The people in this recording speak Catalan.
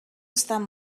estan